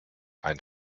ein